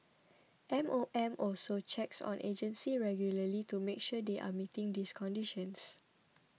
M O M also checks on agencies regularly to make sure they are meeting these conditions